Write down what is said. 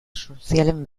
sozialen